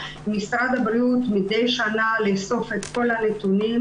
משרד הבריאות מדי שנה לאסוף את כל הנתונים